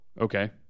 Okay